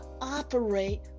operate